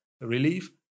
relief